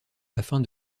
afin